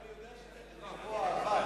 אני יודע שתיכף יבוא ה"אבל".